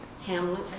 Hamlet